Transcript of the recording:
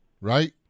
right